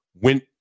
went